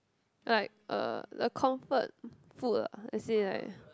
like uh a comfort food ah as in like